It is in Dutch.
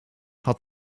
had